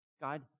God